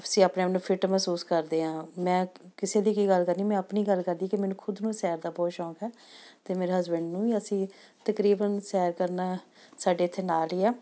ਅਸੀਂ ਆਪਣੇ ਆਪ ਨੂੰ ਫਿੱਟ ਮਹਿਸੂਸ ਕਰਦੇ ਹਾਂ ਮੈਂ ਕਿਸੇ ਦੀ ਕੀ ਗੱਲ ਕਰਨੀ ਮੈਂ ਆਪਣੀ ਗੱਲ ਕਰਦੀ ਕਿ ਮੈਨੂੰ ਖੁਦ ਨੂੰ ਸੈਰ ਦਾ ਬਹੁਤ ਸ਼ੌਂਕ ਹੈ ਅਤੇ ਮੇਰੇ ਹਸਬੈਂਡ ਨੂੰ ਵੀ ਅਸੀਂ ਤਕਰੀਬਨ ਸੈਰ ਕਰਨਾ ਸਾਡੇ ਇੱਥੇ ਨਾਲ ਹੀ ਆ